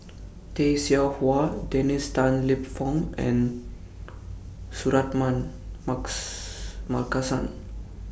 Tay Seow Huah Dennis Tan Lip Fong and Suratman Marks Markasan